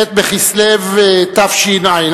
ח' בכסלו תשע"א,